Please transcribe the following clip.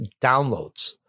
downloads